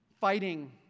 fighting